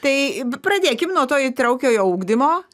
tai pradėkim nuo to įtraukiojo ugdymo